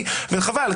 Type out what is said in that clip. כי חבל.